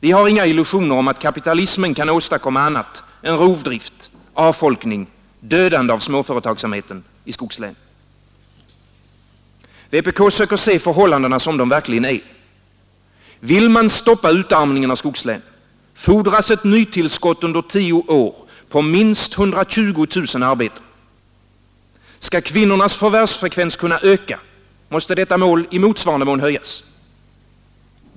Vi har inga illusioner om att kapitalismen kan åstadkomma annat än rovdrift, avfolkning, dödande av småföretagsamheten i skogslänen. Vpk söker se förhållandena som de verkligen är. Vill man stoppa utarmningen av skogslänen, fordras ett nytillskott under tio år på minst 120 000 arbeten. Skall kvinnornas förvärvsfrekvens kunna öka, måste detta mål i motsvarande mån höjas.